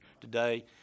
today